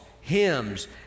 hymns